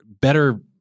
better